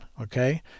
okay